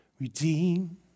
Redeem